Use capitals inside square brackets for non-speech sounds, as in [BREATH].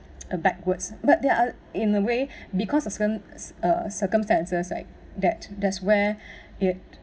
a backwards but they're in a way [BREATH] because circum~ uh circumstances like that that's where [BREATH] it